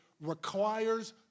requires